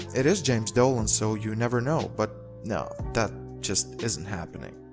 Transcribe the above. it is james dolan so you never know, but no, that just isn't happening.